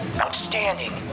Outstanding